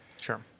Sure